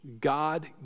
God